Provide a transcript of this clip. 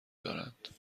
دارند